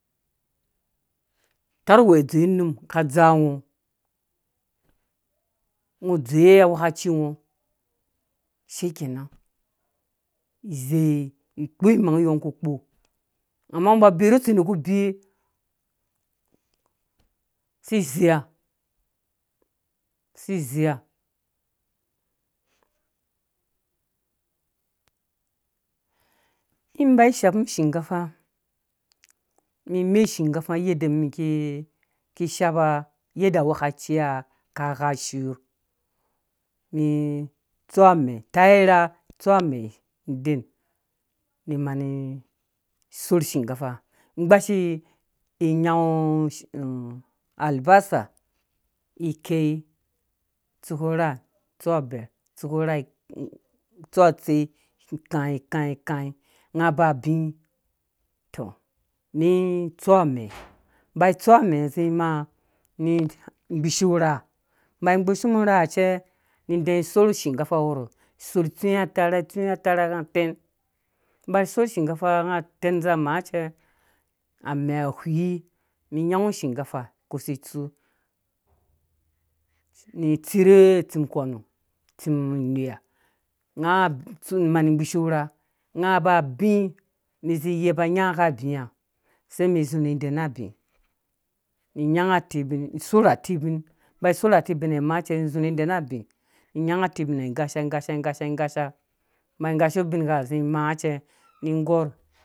Tarha dzowe num ka dza ngɔ ngɔ dzowe angwhɛ̃kaci ngɔ shikenan izei ikpo imang niyi ngɔ ku kpo amma ngɔ ba bei rhu tsindɔ ku bewe si zeiya si zeiya in bai shapum shinkafa mi me shinkafa nga yadde mum kei shapa. yadda anwghekaci ka gha shur ni tsu amɛɛ tai rha ni tsu amɛ dennimani sorh shinkafa gbashi nyango albasa ikɛi tsuku rha tsu amɛ tsuku rha tsu atsei kãĩ kãĩ kãĩ nga ba abĩĩ mi tsu amɛ mba tsu amɛ zĩ maa mi gbishu rha mba gbushum rha cɛmi dɛɛ sorh shinkafa wɔrɔ sɔ tsũwɛ atarh tsũwɛ atarha nga ten mba sorh shinkafa tɛn za maa cɛ amɛ whĩĩ mi ngangu shinkafa zĩ tsu ni tsirhe tsim kwano tsim inuiha ghia nga ba abĩĩ mizĩ yepa nyanga ka bĩĩ ã seimi zurhi den na abi nyanga atebin sorh atebin ba sorh atubin ha maa cɛ zurhi dɛn na abi nyanga atubin gasha gash gasha gasha ba gashu ubingha zĩ maa cɛ ni gɔr.